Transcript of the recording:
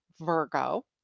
Virgo